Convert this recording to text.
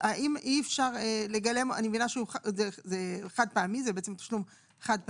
אני מבינה שזה חד פעמי, זה בעצם תשלום חד פעמי,